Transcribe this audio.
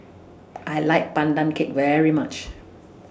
I like Pandan Cake very much